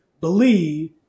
believe